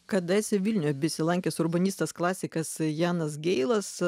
kadaise vilniuje besilankęs urbanistas klasikas janas geilas